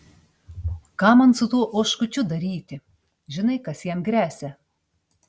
ką man su tuo oškučiu daryti žinai kas jam gresia